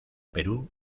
perú